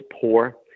poor